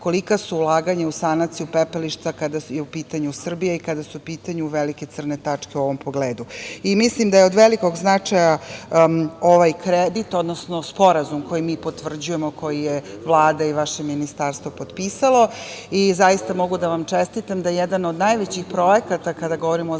kolika su ulaganja u sanaciju pepelišta kada je u pitanju Srbija i kada su u pitanju velike crne tačke u ovom pogledu. Mislim da je od velikog značaja ovaj kredit, odnosno sporazum koji mi potvrđujemo, koji je Vlada i vaše Ministarstvo potpisalo. Zaista mogu da vam čestitam da jedan od najvećih projekata kada govorimo o